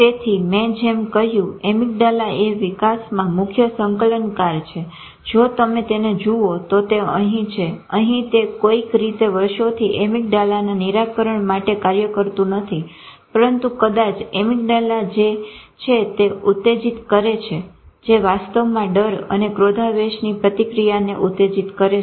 તેથી મેં જેમ કહ્યું એમીગડાલાએ વિકાશમાં મુખ્ય સંકલનકાર છે જો તમે તેને જુઓ તો તે અહી છે અહી તે કોઈક રીતે વર્ષોથી એમીગડાલા નિરાકરણ માટે કાર્ય કરતું નથી પરંતુ કદાચ એમીગડાલા છે જે ઉતેજીત કરે છે જે વાસ્તવમાં ડર અને ક્રોધાવેશની પ્રતિક્રિયા ને ઉતેજીત કરે છે